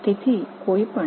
அதைப் பார்ப்போம்